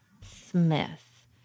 Smith